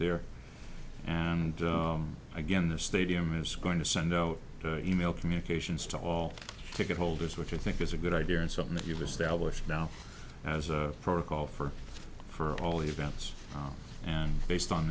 there and again the stadium is going to send out email communications to all ticket holders which i think is a good idea and something that you've established now as a protocol for for all events and based on